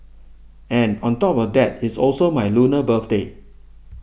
and on top of that it also my Lunar birthday